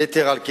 יתר על כן,